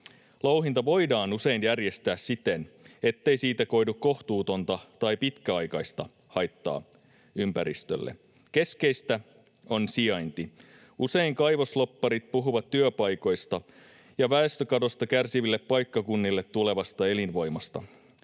Louhinta voidaan usein järjestää siten, ettei siitä koidu kohtuutonta tai pitkäaikaista haittaa ympäristölle. Keskeistä on sijainti. Usein kaivoslobbarit puhuvat työpaikoista ja väestökadosta kärsiville paikkakunnille tulevasta elinvoimasta.